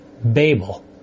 Babel